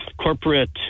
corporate